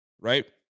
right